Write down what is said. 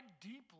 deeply